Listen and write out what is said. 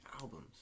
albums